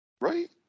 right